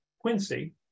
Quincy